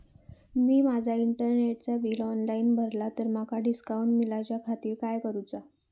मी माजा इंटरनेटचा bill online भरला तर माका डिस्काउंट मिलाच्या खातीर काय करुचा?